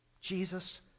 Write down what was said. Jesus